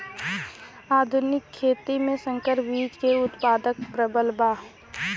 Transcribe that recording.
आधुनिक खेती में संकर बीज क उतपादन प्रबल बा